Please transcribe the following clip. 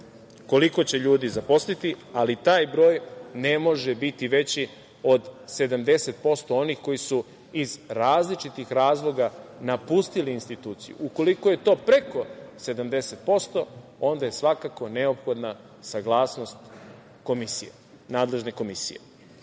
koliko će ljudi zaposliti, ali taj broj ne može biti veći od 70% onih koji su iz različitih razloga napustili instituciju. Ukoliko je to preko 70%, onda je svakako neophodna saglasnost komisije, nadležne komisije. Dozvolite